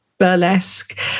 burlesque